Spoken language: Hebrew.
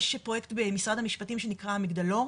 יש פרויקט במשרד המשפטים שנקרא "המגדלור"